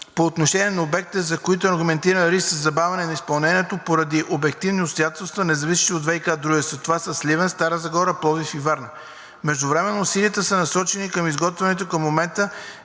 по отношение на обектите, за които има аргументиран риск за забавяне на изпълнението, породен от обективни обстоятелства, независещи от ВиК дружествата – това са Сливен, Стара Загора, Пловдив, Варна. Междувременно усилията са насочени и към изготвяните към момента